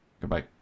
goodbye